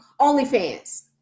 OnlyFans